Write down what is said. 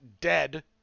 dead